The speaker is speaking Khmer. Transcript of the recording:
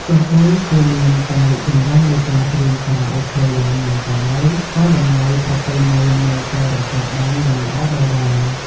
ទោះបីជាមានការរីកចម្រើននៃការច្រៀងខារ៉ាអូខេយ៉ាងណាក៏ដោយ ក៏តម្លៃប្រពៃណីនៅតែរក្សាបានយ៉ាងល្អដដែល។